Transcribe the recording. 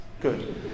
Good